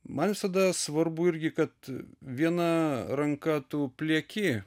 man visada svarbu irgi kad viena ranka tu plieki